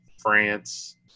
France